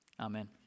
Amen